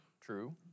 True